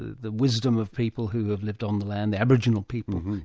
the wisdom of people who have lived on the land, the aboriginal people.